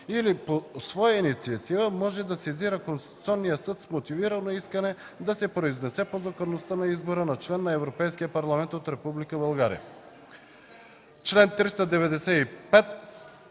или по своя инициатива може да сезира Конституционния съд с мотивирано искане да се произнесе по законността на избора на член на Европейския парламент от Република